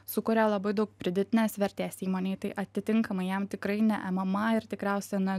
sukuria labai daug pridėtinės vertės įmonei tai atitinkamai jam tikrai ne mma ir tikriausia na